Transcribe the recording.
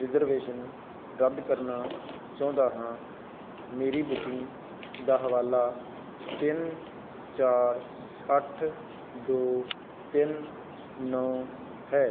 reservation ਰੱਦ ਕਰਨਾ ਚਾਹੁੰਦਾ ਹਾਂ ਮੇਰੀ ਬੁਕਿੰਗ ਦਾ ਹਵਾਲਾ ਤਿੰਨ ਚਾਰ ਅੱਠ ਦੋ ਤਿੰਨ ਨੌਂ ਹੈ